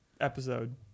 episode